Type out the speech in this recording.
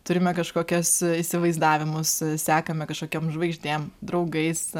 turime kažkokias įsivaizdavimus sekame kažkokiom žvaigždėm draugais